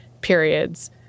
periods